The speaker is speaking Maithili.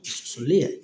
सुनलियै